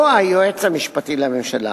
או היועץ המשפטי לממשלה.